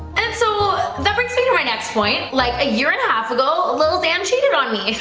and so that brings me to my next point like a year and a half ago a little dan cheated on me